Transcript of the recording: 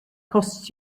costs